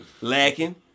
lacking